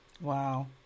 Wow